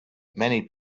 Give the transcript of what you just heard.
many